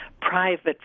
private